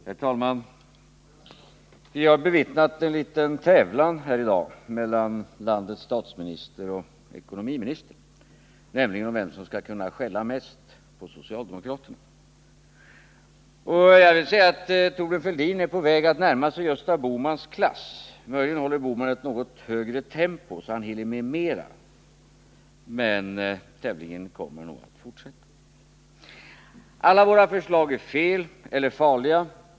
Herr talman! Vi har bevittnat en liten tävling här i dag mellan landets statsminister och ekonomiminister, nämligen om vem som skall kunna skälla mest på socialdemokraterna. Jag vill säga att Thorbjörn Fälldin är på väg att närma sig Gösta Bohmans klass — möjligen håller Gösta Bohman ett något högre tempo och hinner med mera. Men tävlingen kommer nog att fortsätta. Alla våra förslag är felaktiga eller farliga.